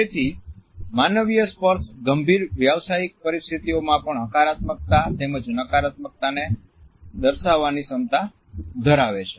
તેથી માનવીય સ્પર્શ ગંભીર વ્યાવસાયિક પરિસ્થિતિઓમાં પણ હકારાત્મકતા તેમજ નકારાત્મકતાને દર્શાવવાની ક્ષમતા ધરાવે છે